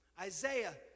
Isaiah